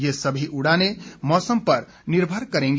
ये सभी उड़ानें मौसम पर निर्भर करेंगी